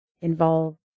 involve